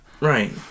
Right